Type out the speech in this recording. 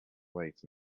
wait